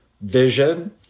vision